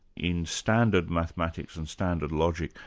in standard mathematics and standard logic,